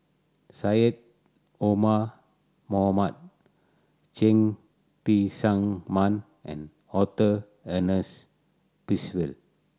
Syed Omar Mohamed Cheng Tsang Man and Arthur Ernest Percival